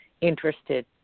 interested